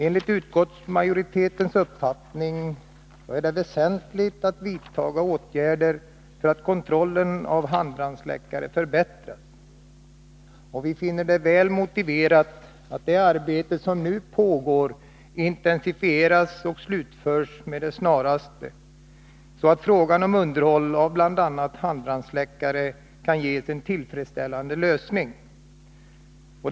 Enligt utskottsmajoritetens uppfattning är det väsentligt att vidta åtgärder för att kontrollen av handbrandsläckare skall förbättras. Vi finner det väl motiverat att det arbete som nu pågår intensifieras och slutförs med det snaraste, så att frågan om underhåll av handbrandsläckare kan ges en tillfredsställande lösning.